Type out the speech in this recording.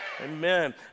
Amen